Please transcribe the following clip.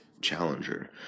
Challenger